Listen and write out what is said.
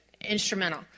instrumental